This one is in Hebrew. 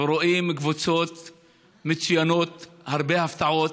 ורואים קבוצות מצוינות, הרבה הפתעות,